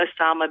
Osama